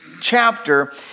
chapter